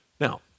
Now